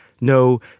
No